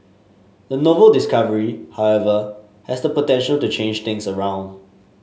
the novel discovery however has the potential to change things around